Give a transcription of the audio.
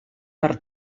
per